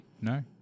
No